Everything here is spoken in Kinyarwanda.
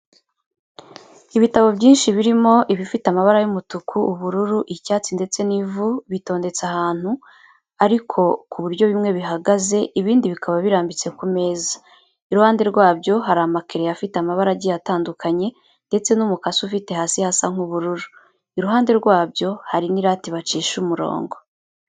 Ibitabo byinshi birimo ibifite amabara y'umutuku, ubururu, icyatsi ndetse n'ivu bitondetse ahantu ariko ku buryo bimwe bihagaze, ibindi bikaba birambitse ku meza. Iruhande rwabyo hari amakereyo afite amabara agiye atandukanye ndetse n'umukasi ufite hasi hasa nk'ubururu. Iruhande rwabyo hari n'irati bacisha umurongo.